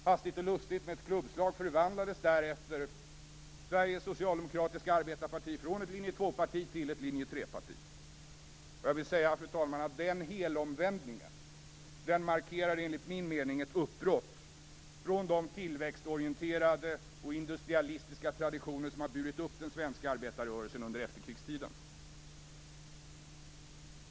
Hastigt och lustigt förvandlades genom ett klubbslag Fru talman! Den helomvändningen markerar ett uppbrott från de tillväxtorienterade och industrialistiska traditioner som har burit upp den svenska arbetarrörelsen under efterkrigstiden.